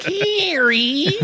Gary